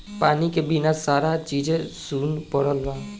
पानी के बिना सारा चीजे सुन परल बा